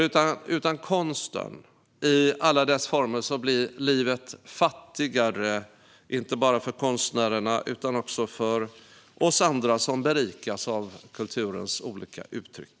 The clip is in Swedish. Utan konsten i alla dess former blir livet nämligen fattigare, inte bara för konstnärerna utan också för oss andra som berikas av kulturens olika uttryck.